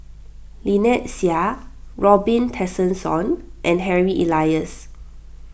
Lynnette Seah Robin Tessensohn and Harry Elias